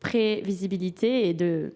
prévisibilité et de